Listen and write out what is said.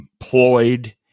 employed